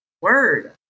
word